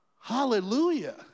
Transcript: hallelujah